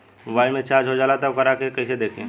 Mobile में recharge हो जाला त वोकरा के कइसे देखी?